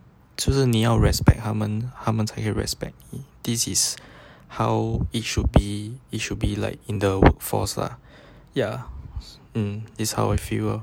就是你要 respect 他们他们才会 respect 你 this is how it should be it should be like in the workforce lah ya hmm this is how I feel lah